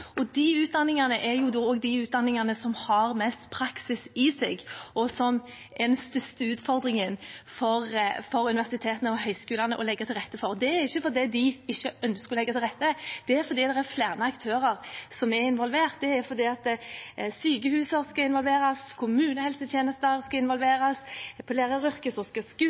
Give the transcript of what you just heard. er de utdanningene der det er mest praksis, og som er den største utfordringen for universitetene og høyskolene å legge til rette for. Det er ikke fordi de ikke ønsker å legge til rette; det er fordi det er flere aktører som er involvert. Det er fordi sykehus skal involveres, kommunehelsetjenester skal involveres, i læreryrket skal skoler involveres. Det er flere aktører som skal inn, og